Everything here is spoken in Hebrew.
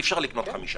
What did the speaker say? אי אפשר לקנות חמישה.